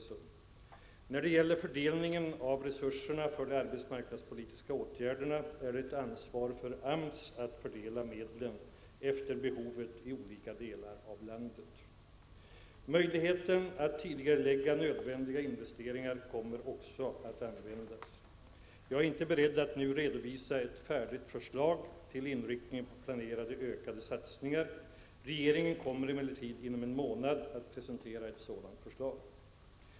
Det är ett ansvar för AMS att fördela resurserna för de arbetsmarknadspolitiska åtgärderna efter behovet i olika delar av landet. Möjligheten att tidigarelägga nödvändiga investeringar kommer också att användas. Jag är inte beredd att nu redovisa ett färdigt förslag när det gäller inriktningen på planerade, ökade satsningar. Regeringen kommer emellertid inom en månad att presentera ett sådant förslag.